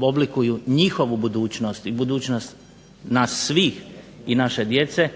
oblikuju njihovu budućnost i budućnost nas svih, i naše djece,